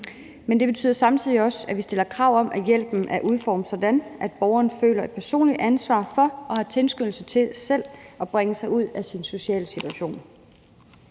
men det betyder samtidig også, at vi stiller krav om, at hjælpen er udformet sådan, at borgeren føler et personligt ansvar for og har tilskyndelse til selv at bringe sig ud af sin sociale situation.